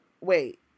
wait